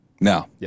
Now